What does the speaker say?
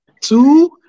Two